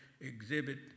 exhibit